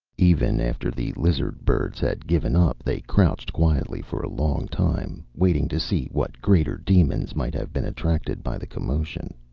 even after the lizard-birds had given up, they crouched quietly for a long time, waiting to see what greater demons might have been attracted by the commotion.